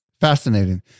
Fascinating